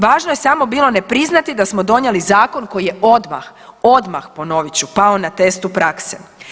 Važno je samo bilo nepriznati da smo donijeli zakon koji je odmah, odmah ponovit ću pao na testu prakse.